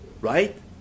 right